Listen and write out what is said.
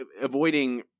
avoiding